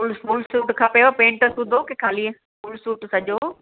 full full suit खपेव pant सूधो की खाली फुल सूट सॼो